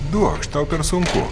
duokš tau per sunki